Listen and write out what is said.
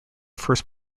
first